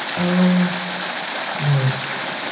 o woods